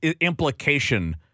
implication